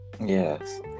Yes